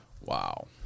Wow